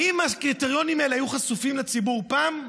האם הקריטריונים האלה היו חשופים לציבור פעם?